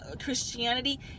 christianity